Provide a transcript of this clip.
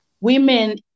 women